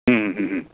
ಹ್ಞೂ ಹ್ಞೂ ಹ್ಞೂ